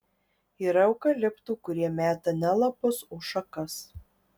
yra eukaliptų kurie meta ne lapus o šakas